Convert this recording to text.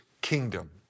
kingdom